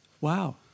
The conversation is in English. Wow